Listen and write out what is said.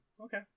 Okay